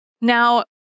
Now